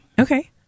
Okay